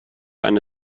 eine